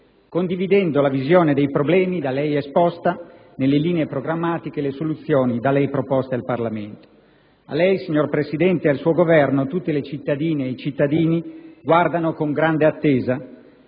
condividendo la visione dei problemi da lei esposta nelle linee programmatiche e le soluzioni da lei proposte al Parlamento. A lei, signor Presidente, e al suo Governo tutte le cittadine ed i cittadini guardano con grande attesa,